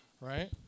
right